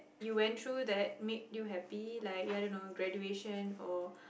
you went through that made you happy like you are don't know graduation or